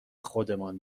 خودمان